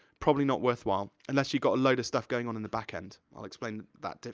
probably not worthwhile. unless you've got a load of stuff going on in the back end. i'll explain that,